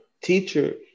teacher